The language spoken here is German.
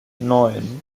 neun